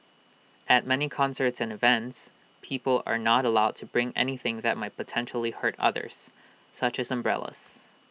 at many concerts and events people are not allowed to bring anything that might potentially hurt others such as umbrellas